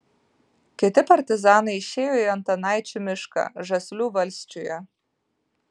kiti partizanai išėjo į antanaičių mišką žaslių valsčiuje